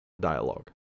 dialogue